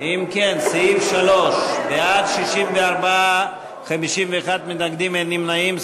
אם כן, סעיף 3: בעד, 64, 51 מתנגדים, אין נמנעים.